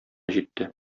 җитте